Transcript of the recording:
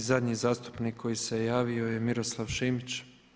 I zadnji zastupnik koji se javio je Miroslav Šimić.